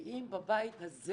כי אם בבית הזה